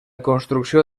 construcció